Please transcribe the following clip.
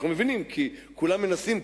אנחנו מבינים שכולם מנסים,